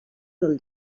del